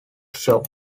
show